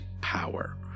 power